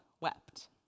wept